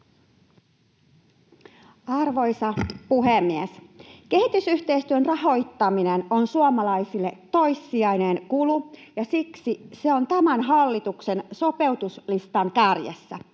Arvoisa puhemies! Kehitysyhteistyön rahoittaminen on suomalaisille toissijainen kulu, ja siksi se on tämän hallituksen sopeutuslistan kärjessä.